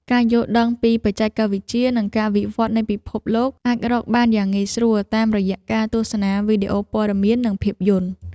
ការយល់ដឹងពីបច្ចេកវិទ្យានិងការវិវត្តនៃពិភពលោកអាចរកបានយ៉ាងងាយស្រួលតាមរយៈការទស្សនាវីដេអូព័ត៌មាននិងភាពយន្ត។